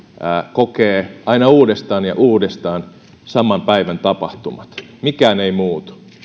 kokee aina uudestaan ja uudestaan saman päivän tapahtumat mikään ei muutu